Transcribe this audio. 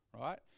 right